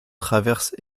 traverse